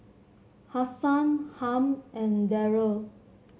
Hasan Harm and Darryle